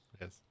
Yes